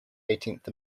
eighteenth